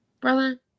brother